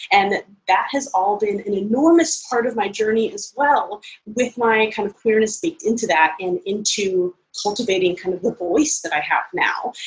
and that that has all been an enormous part of my journey as well with my kind of queerness baked into that, and into cultivating kind of the voice that i have now.